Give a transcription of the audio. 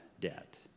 debt